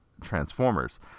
Transformers